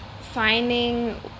finding